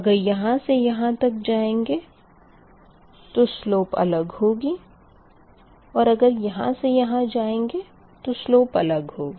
अगर यहाँ से यहाँ तक जाएँगे तो सलोप अलग होगी और अगर यहाँ से यहाँ जाएँगे तो स्लोप अलग होगी